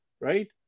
right